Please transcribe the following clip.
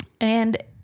And-